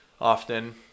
often